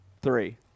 three